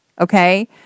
Okay